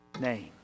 name